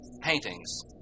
paintings